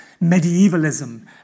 medievalism